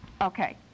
Okay